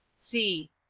c.